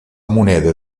moneda